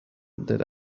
that